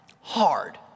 hard